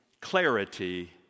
clarity